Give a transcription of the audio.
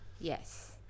Yes